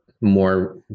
more